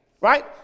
right